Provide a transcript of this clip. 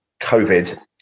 COVID